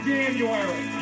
January